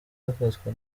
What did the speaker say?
hafatwa